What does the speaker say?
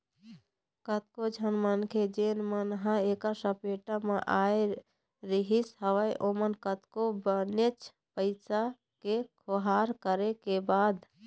कतको झन मनखे जेन मन ह ऐखर सपेटा म आय रिहिस हवय ओमन तको बनेच पइसा के खोहार करे के बाद